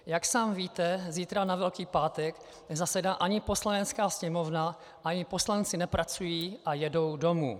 Jak sám víte, zítra, na Velký pátek, nezasedá ani Poslanecká sněmovna ani poslanci nepracují a jedou domů.